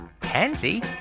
pansy